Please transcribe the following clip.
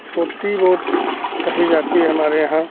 छोटी बोट कही जाती हमारे यहाँ